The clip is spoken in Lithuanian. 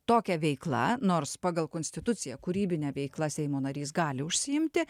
tokia veikla nors pagal konstituciją kūrybine veikla seimo narys gali užsiimti